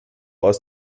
aus